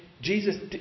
Jesus